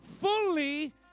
fully